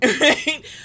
right